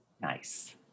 Nice